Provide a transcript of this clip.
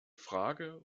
frage